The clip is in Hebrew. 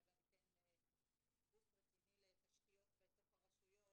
שאגב הוא כן גוף רציני לתשתיות בתוך הרשויות,